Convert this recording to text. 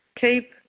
keep